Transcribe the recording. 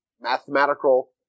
mathematical